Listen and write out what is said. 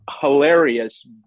hilarious